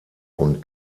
und